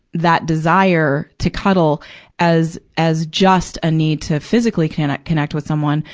that desire to cuddle as, as just a need to physically connect, connect with someone.